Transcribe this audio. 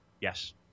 Yes